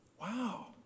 Wow